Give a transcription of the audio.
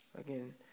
again